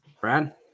Brad